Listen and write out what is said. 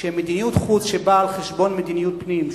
שמדיניות חוץ שבאה על-חשבון מדיניות פנים,